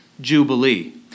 Jubilee